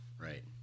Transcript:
Right